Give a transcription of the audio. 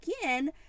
again